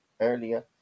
earlier